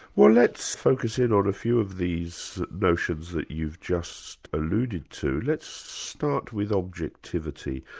well let's focus in on a few of these notions that you've just alluded to. let's start with objectivity.